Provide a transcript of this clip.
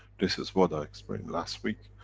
this is what i explained last week,